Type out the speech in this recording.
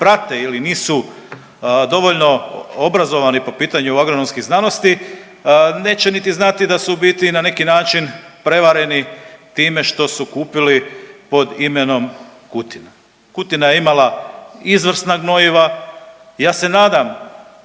prate ili nisu dovoljno obrazovani po pitanju agronomskih znanosti neće niti znati da su u biti na neki način prevareni time što su kupili pod imenom Kutina. Kutija je imala izvrsna gnojiva, ja se nadam,